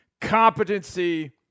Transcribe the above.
competency